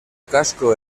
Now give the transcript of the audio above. casco